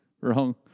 Wrong